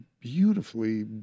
beautifully